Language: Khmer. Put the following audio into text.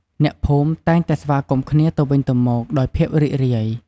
អ្នកភូមិ តែងតែស្វាគមន៍គ្នាទៅវិញទៅមកដោយ ភាពរីករាយ។